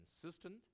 consistent